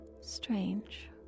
strange